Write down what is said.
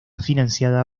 financiada